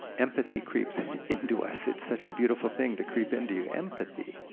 empathy creeps into us, it's such a beautiful thing to creep into you, empathy.